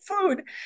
food